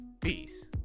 peace